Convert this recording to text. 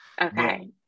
Okay